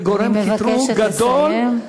זה גורם קטרוג גדול,